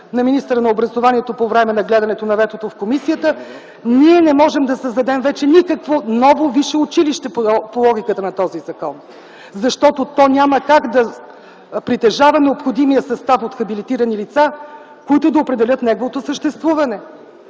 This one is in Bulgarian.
на министъра на образованието по време на гледането на ветото в комисията. Ние не можем да създадем вече никакво ново висше училище по логиката на този закон, защото то няма как да притежава необходимия състав от хабилитирани лица, които да определят неговото съществуване.